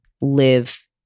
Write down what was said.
live